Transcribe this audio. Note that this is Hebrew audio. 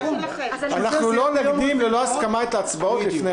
אמרנו שאנחנו לא נקדים את ההצבעות ללא הסכמה לפני